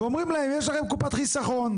ואומרים להם יש לכם קופת חיסכון,